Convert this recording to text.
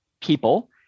people